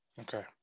Okay